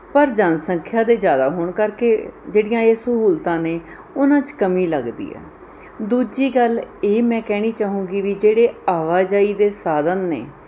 ਪਰ ਜਨਸੰਖਿਆ ਦੇ ਜ਼ਿਆਦਾ ਹੋਣ ਕਰਕੇ ਜਿਹੜੀਆਂ ਇਹ ਸਹੂਲਤਾਂ ਨੇ ਉਹਨਾਂ 'ਚ ਕਮੀ ਲੱਗਦੀ ਹੈ ਦੂਜੀ ਗੱਲ ਇਹ ਮੈਂ ਕਹਿਣੀ ਚਾਹੂੰਗੀ ਵੀ ਜਿਹੜੇ ਆਵਾਜਾਈ ਦੇ ਸਾਧਨ ਨੇ